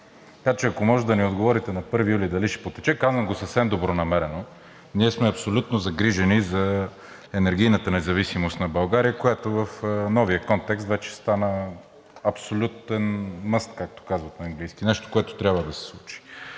Така че ако може да ни отговорите дали на 1 юли ще потече. Казвам го съвсем добронамерено. Ние сме абсолютно загрижени за енергийната независимост на България, която в новия контекст вече стана абсолютен must, както казват на английски – нещо, което трябва да се случи.